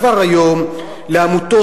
כבר היום לעמותות,